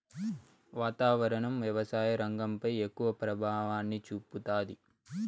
వాతావరణం వ్యవసాయ రంగంపై ఎక్కువ ప్రభావాన్ని చూపుతాది